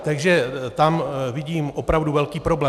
Takže tam vidím opravdu velký problém.